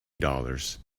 dollars